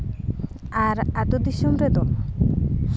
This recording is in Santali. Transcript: ᱟᱨ ᱟᱹᱛᱩ ᱫᱤᱥᱚᱢ ᱨᱮᱫᱚ